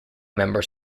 members